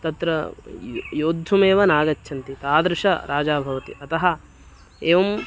तत्र य् योद्धुमेव नागच्छन्ति तादृशराजा भवति अतः एवं